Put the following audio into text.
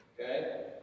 Okay